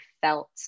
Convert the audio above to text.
felt